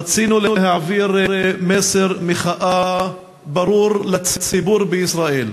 רצינו להעביר מסר מחאה ברור לציבור בישראל,